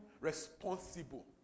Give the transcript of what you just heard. responsible